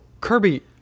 kirby